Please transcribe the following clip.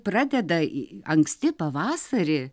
pradeda anksti pavasarį